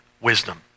wisdom